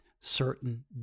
certain